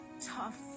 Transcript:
tough